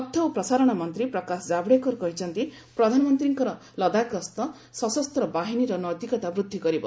ତଥ୍ୟ ଓ ପ୍ରସାରଣ ମନ୍ତ୍ରୀ ପ୍ରକାଶ ଜାବ୍ଡେକର କହିଛନ୍ତି ପ୍ରଧାନମନ୍ତ୍ରୀଙ୍କର ଲଦାଖ୍ ଗସ୍ତ ସଶସ୍ତ ବାହିନୀର ନୈତିକତା ବୃଦ୍ଧି କରିବ